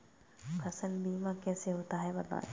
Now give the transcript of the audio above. फसल बीमा कैसे होता है बताएँ?